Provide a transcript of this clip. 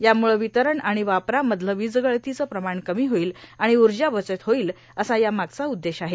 यामूळे ांवतरण आर्गाण वापरामधलं वीजगळतीचं प्रमाण कमी होईल आणि ऊजा बचत होईल असा या मागचा उद्देश्य आहे